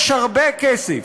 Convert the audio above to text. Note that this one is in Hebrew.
יש הרבה כסף,